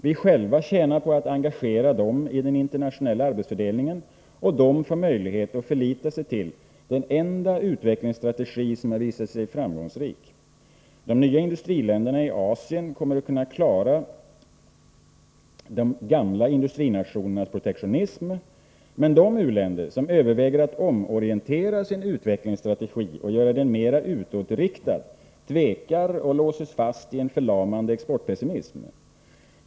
Vi själva tjänar på att engagera dem i den internationella arbetsfördelningen, och de får möjlighet att förlita sig till den enda utvecklingsstrategi som visat sig framgångsrik. De nya industriländerna i Asien kommer att kunna klara de gamla industrinationernas protektionism men de u-länder, som överväger att omorientera sin utvecklingsstrategi och göra den mera utåtriktad, tvekar och låses fast i en förlamande exportpessimism.